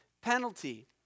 penalty